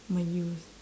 my youth